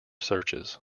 searches